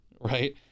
Right